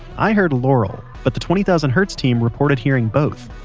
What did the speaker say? i heard laurel, but the twenty thousand hertz team reported hearing both.